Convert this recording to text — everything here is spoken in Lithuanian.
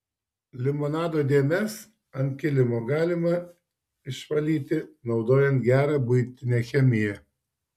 limonado dėmes ant kilimo galima išvalyti naudojant gerą buitinę chemiją